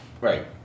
Right